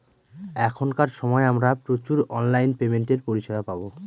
এখনকার সময় আমরা প্রচুর অনলাইন পেমেন্টের পরিষেবা পাবো